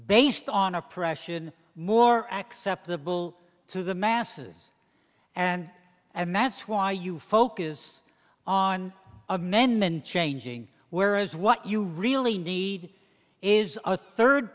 based on oppression more acceptable to the masses and and that's why you focus on amendment changing whereas what you really need is a third